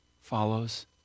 follows